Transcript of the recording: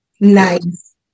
nice